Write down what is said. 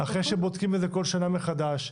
אחרי שבודקים כל שנה מחדש,